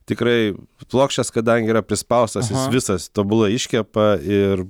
tikrai plokščias kadangi yra prispaustas jis visas tobulai iškepa ir